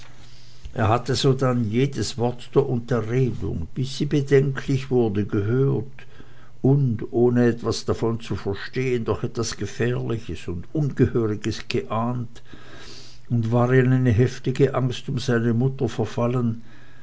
er hatte sodann jedes wort der unterredung bis sie bedenklich wurde gehört und ohne etwas davon zu verstehen doch etwas gefährliches und ungehöriges geahnt und war in eine heftige angst um seine mutter verfallen